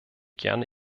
gerne